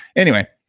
anyway,